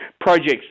projects